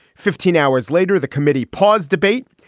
fifteen hours later, the committee paused debate.